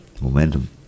momentum